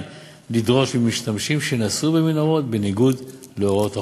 לדרוש ממשתמשים שנסעו במנהרות בניגוד להוראות החוק,